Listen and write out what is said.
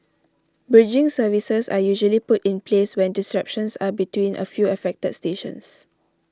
bridging services are usually put in place when disruptions are between a few affected stations